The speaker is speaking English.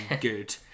good